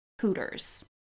Hooters